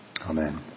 Amen